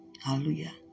Hallelujah